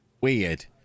weird